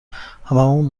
هممون